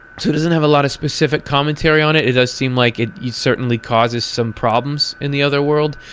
so doesn't have a lot of specific commentary on it. it does seem like it certainly causes some problems in the other world.